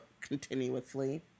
continuously